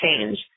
change